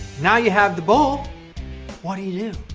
now you have the bowl what do you do?